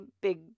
big